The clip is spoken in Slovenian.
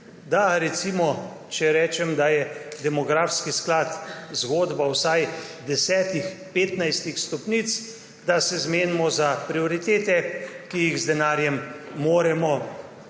da recimo, če rečem, da je demografski sklad zgodba vsaj 10, 15 stopnic, da se zmenimo za prioritete, ki jih z denarjem moramo in